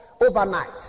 overnight